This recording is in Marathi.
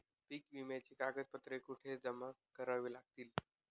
पीक विम्याची कागदपत्रे कुठे जमा करावी लागतील?